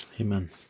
Amen